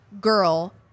girl